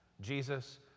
Jesus